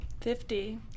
Fifty